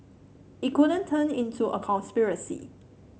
it couldn't turn into a conspiracy